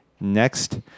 next